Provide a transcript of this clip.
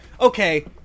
okay